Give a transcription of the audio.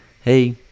hey